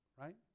right